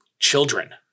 Children